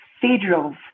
cathedrals